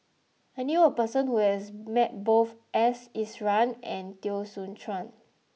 I knew a person who has met both S Iswaran and Teo Soon Chuan